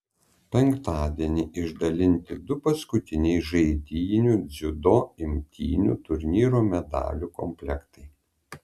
penktadienį išdalinti du paskutiniai žaidynių dziudo imtynių turnyro medalių komplektai